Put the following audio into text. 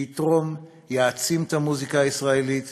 שיתרום, יעצים את המוזיקה הישראלית